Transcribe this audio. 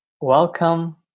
Welcome